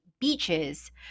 Beaches